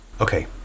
Okay